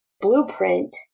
blueprint